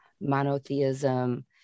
monotheism